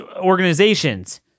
organizations